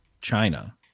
China